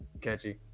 catchy